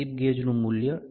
આ સ્લિપ ગેજનું મૂલ્ય 1